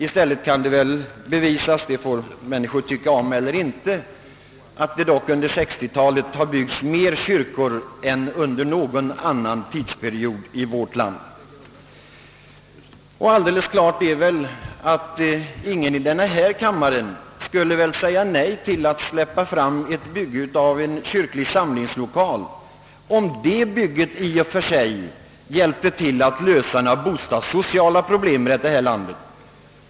I stället kan det väl bevisas — folk får tycka om det eller inte — att det dock under 1960-talet har byggts flera kyrkor i vårt land än under någon annan period. Alldeles klart är väl att ingen i denna kammare skulle säga nej till att släppa fram ett bygge av en kyrklig samlingslokal, om det bygget i och för sig hjälpte till att lösa några bostadssociala problem i landet.